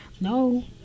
no